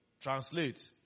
Translate